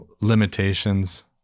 limitations